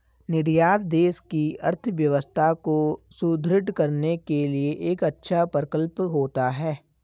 निर्यात देश की अर्थव्यवस्था को सुदृढ़ करने के लिए एक अच्छा प्रकल्प होता है